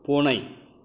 பூனை